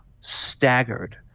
staggered